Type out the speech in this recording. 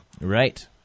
Right